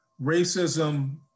racism